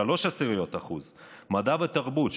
0.3%; מדע ותרבות,